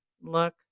look